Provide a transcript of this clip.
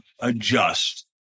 adjust